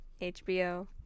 HBO